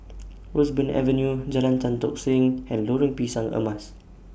Roseburn Avenue Jalan Tan Tock Seng and Lorong Pisang Emas